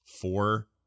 four